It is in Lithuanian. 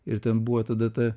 ir ten buvo tada ta